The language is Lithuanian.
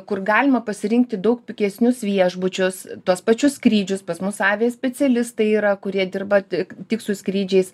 kur galima pasirinkti daug pigesnius viešbučius tuos pačius skrydžius pas mus avija specialistai yra kurie dirba tik tik su skrydžiais